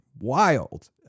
wild